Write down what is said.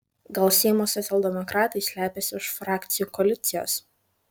gal seimo socialdemokratai slepiasi už frakcijų koalicijos